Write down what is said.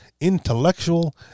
intellectual